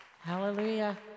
Hallelujah